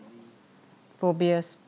phobias